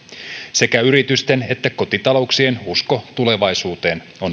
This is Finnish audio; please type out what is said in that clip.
sekä yritysten että kotitalouksien usko tulevaisuuteen on